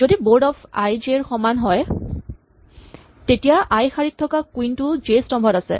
যদি board of I J ৰ সমান হয় তেতিয়া আই শাৰীত থকা কুইন টো জে স্তম্ভত আছে